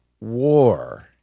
war